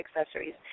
accessories